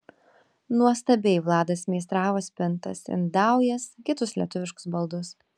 nuostabiai vladas meistravo spintas indaujas kitus lietuviškus baldus